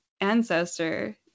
ancestor